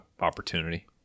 opportunity